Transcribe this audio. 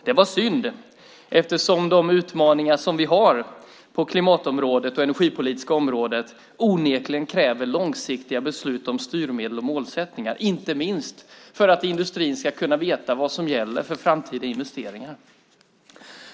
Det var synd eftersom de utmaningar som vi har på klimatområdet och det energipolitiska området onekligen kräver långsiktiga beslut om styrmedel och målsättningar, inte minst för att industrin ska kunna veta vad som gäller för framtida investeringar.